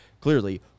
clearly